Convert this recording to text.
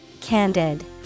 Candid